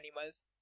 animals